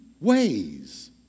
ways